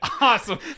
Awesome